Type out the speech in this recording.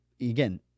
again